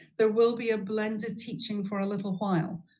there will be a blend of teaching for a little while.